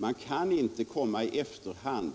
Man kan inte i efterhand